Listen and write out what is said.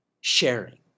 Sharing